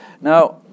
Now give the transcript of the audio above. Now